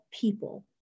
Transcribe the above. people